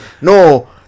No